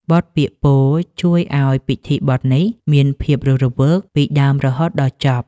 បទពាក្យពោលជួយឱ្យពិធីបុណ្យនេះមានភាពរស់រវើកពីដើមរហូតដល់ចប់។